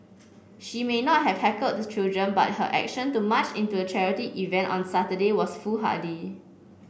she may not have heckled the children but her action to march into the charity event on Saturday was foolhardy